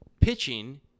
pitching